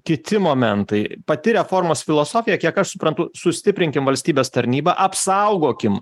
kiti momentai pati reformos filosofija kiek aš suprantu sustiprinkim valstybės tarnybą apsaugokim